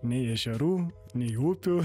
nei ežerų nei upių